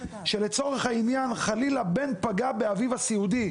שלצורך העניין חלילה בן פגע באביו הסיעודי,